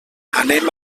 anem